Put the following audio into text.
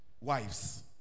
wives